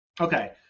Okay